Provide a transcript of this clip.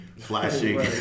flashing